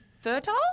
fertile